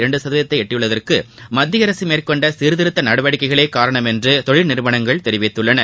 இரண்டுகதவீதத்தை ட்டியுள்ளதற்குமத்திய அரசுமேற்கொண்ட சீர்திருத்தநடவடிக்கைகளேகாரணம் என்றுதொழில்நிறுவனங்கள் தெரிவித்துள்ளன